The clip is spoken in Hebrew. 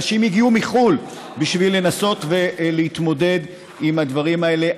אנשים הגיעו מחו"ל בשביל לנסות להתמודד עם הדברים האלה.